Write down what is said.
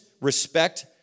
respect